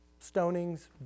stonings